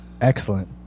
Excellent